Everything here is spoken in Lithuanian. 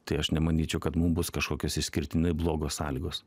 tai aš nemanyčiau kad mum bus kažkokios išskirtinai blogos sąlygos